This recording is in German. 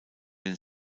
den